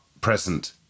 present